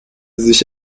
sich